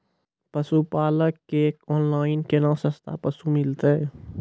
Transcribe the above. पशुपालक कऽ ऑनलाइन केना सस्ता पसु मिलतै?